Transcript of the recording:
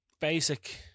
Basic